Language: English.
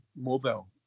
mobile